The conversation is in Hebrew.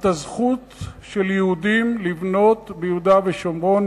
הזכות של יהודים לבנות ביהודה ושומרון,